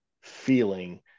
feeling